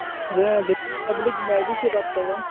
میں Delhi public library سے بات کر رہا ہوں